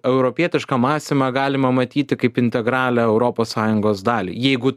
europietišką mąstymą galima matyti kaip integralią europos sąjungos dalį jeigu